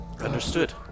Understood